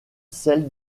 celles